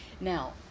Now